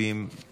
חרבות ברזל),